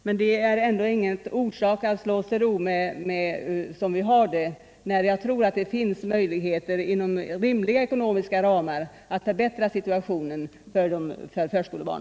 Detta ger oss emellertid ingen anledning att slå oss till ro, då det nog finns möjligheter att inom rimliga ekonomiska ramar förbättra situationen för invandrarbarnen i förskolan.